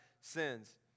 sins